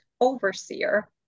overseer